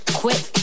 quit